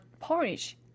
porridge